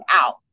out